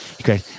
okay